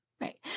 Right